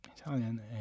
italian